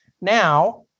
Now